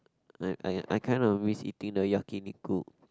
like I I kind of miss eating the Yakiniku